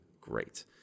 great